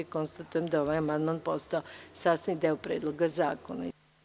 Konstatujem da je ovaj amandman postao sastavni deo Predloga zakona.